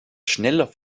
schneller